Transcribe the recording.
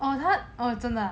oh 他 oh 真的 ah